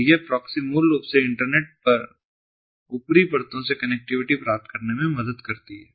तो यह प्रॉक्सी मूल रूप से इंटरनेट पर ऊपरी परतों से कनेक्टिविटी प्राप्त करने में मदद करती है